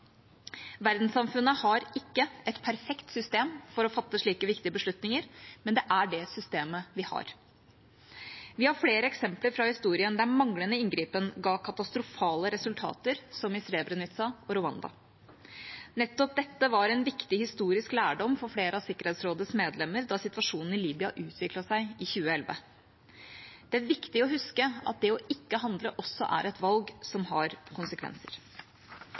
Verdenssamfunnet har ikke et perfekt system for å fatte slike viktige beslutninger, men det er det systemet vi har. Vi har flere eksempler fra historien der manglende inngripen ga katastrofale resultater – som i Srebrenica og i Rwanda. Nettopp dette var viktig historisk lærdom for flere av Sikkerhetsrådets medlemmer da situasjonen i Libya utviklet seg i 2011. Det er viktig å huske at det å ikke handle også er et valg som har konsekvenser.